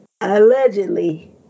allegedly